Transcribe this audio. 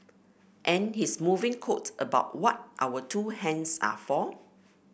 and his moving quote about what our two hands are for